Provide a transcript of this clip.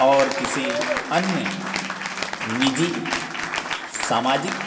और किस अन्य निजी सामाजिक